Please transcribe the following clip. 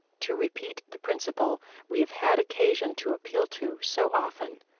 to repeat the principle we have had occasion to appeal to so often,